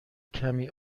کمی